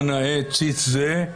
מה נאה ציץ זה,